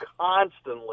constantly